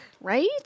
Right